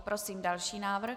Prosím další návrh.